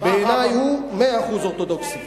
בעיני הוא מאה אחוז אורתודוקסי,